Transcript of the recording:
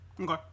Okay